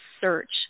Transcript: search